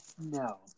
No